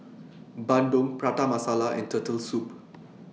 Bandung Prata Masala and Turtle Soup